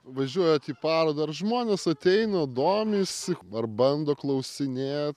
važiuojat į parodą ar žmonės ateina domisi ar bando klausinė